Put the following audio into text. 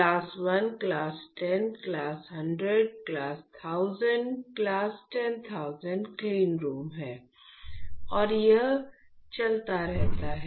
class 1 class 10 class 100 class 1000 class 10000 क्लीनरूम है और यह चलता रहता है